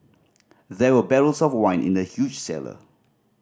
there were barrels of wine in the huge cellar